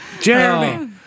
Jeremy